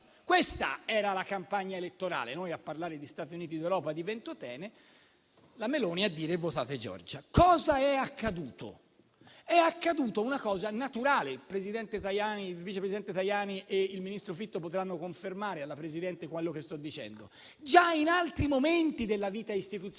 Questa era la campagna elettorale: noi a parlare di Stati Uniti d'Europa e di Ventotene, la Meloni a dire «votate Giorgia». Cosa è accaduto? È accaduta una cosa naturale. Il vice presidente Tajani e il ministro Fitto potranno confermare alla Presidente quello che sto dicendo. Già in altri momenti della vita istituzionale